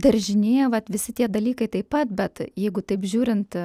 daržinė vat visi tie dalykai taip pat bet jeigu taip žiūrint